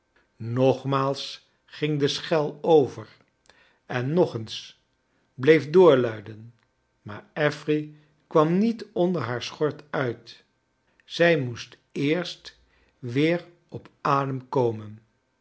nogmaals ging de schel over en nog eens bleei doorluiden maar affery kwam niet onder haar schort uit zij moest eerst weer op adem komen